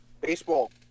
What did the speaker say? Baseball